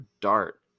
dart